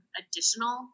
additional